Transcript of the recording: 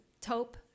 taupe